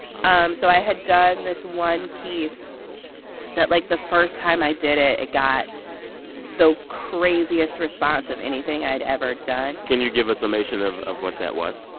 um so i had done this one piece that, like, the first time i did it, it got the craziest response of anything i'd ever done can you give a summation of of what that was?